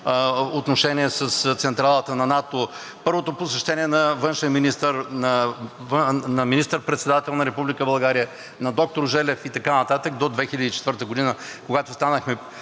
отношения с централата на НАТО, първото посещение на външен министър, на министър-председател на Република България, на доктор Желев и така нататък, до 2004 г., когато станахме